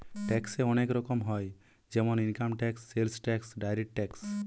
ট্যাক্সে অনেক রকম হয় যেমন income tax, sales tax, direct tax